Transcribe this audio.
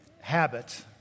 habit